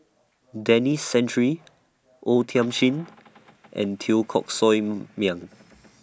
Denis Santry O Thiam Chin and Teo Koh Sock Miang